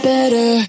Better